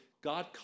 God